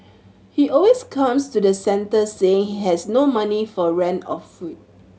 he always comes to the centre saying he has no money for rent or food